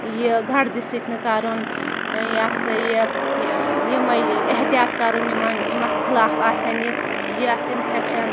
یہِ گردِ سۭتۍ نہٕ کرُن ٲں یہِ ہسا یہِ یِمَے احتیاط کرُن یِمَن یِم اَتھ خٕلاف آسیٚن یَتھ یہِ اَتھ اِنفیٚکشَن